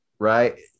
Right